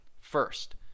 First